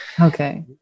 Okay